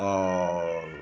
और